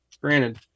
Granted